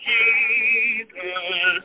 Jesus